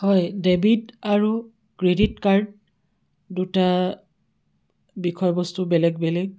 হয় ডেবিট আৰু credit card দুটা বিষয়বস্তু বেলেগ বেলেগ